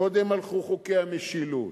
קודם הלכו חוקי המשילות,